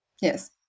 Yes